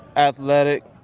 athletic.